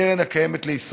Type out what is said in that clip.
לגבי חוק קרן קיימת לישראל,